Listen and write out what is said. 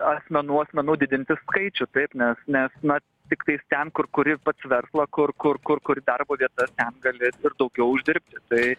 asmenų asmenų didinti skaičių taip nes nes na tiktais ten kur kuri pats verslą kur kur kur kur darbo vietas ten gali ir daugiau uždirbti tai